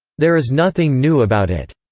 there is nothing new about it.